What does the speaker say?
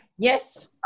Yes